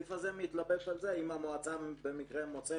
הסעיף הזה מתלבש על זה שאם המועצה במקרה מוצאת